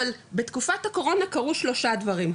אבל בתקופת הקורונה קרו שלושה דברים,